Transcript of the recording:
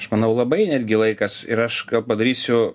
aš manau labai netgi laikas ir aš padarysiu